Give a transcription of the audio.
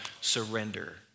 surrender